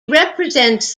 represents